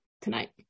tonight